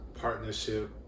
partnership